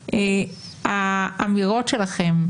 שאלתי מה קורה, יש אצלכם סרבנות?